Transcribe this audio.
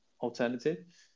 alternative